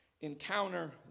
encounter